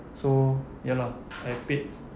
so ya lah I paid